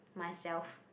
myself